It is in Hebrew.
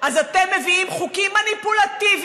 אז אתם מביאים חוקים מניפולטיביים